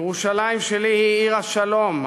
ירושלים שלי היא עיר השלום",